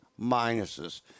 minuses